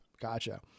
Gotcha